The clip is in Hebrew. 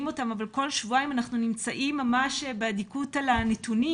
אותם - כל שבועיים אנחנו נמצאים ממש באדיקות על הנתונים.